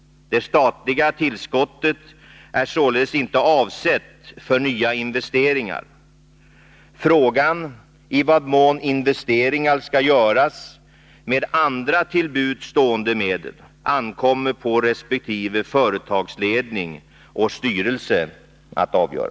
Det statliga tillskottet är således inte avsett för nya investeringar. Frågan i vad mån investeringar skall göras med andra till buds stående medel ankommer på resp. företagsledning och styrelse att avgöra.